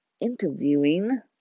interviewing